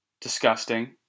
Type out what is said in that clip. disgusting